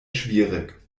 schwierig